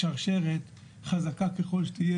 שרשרת חזקה ככל שתהיה,